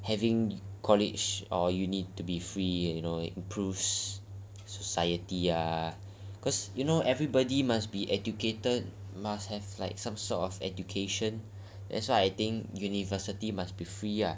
having college or uni to be free you know improves society ah you know everybody must be educated must have like some sort of education that's why I think university must be free ah